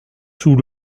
sous